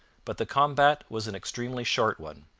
but the combat was an extremely short one.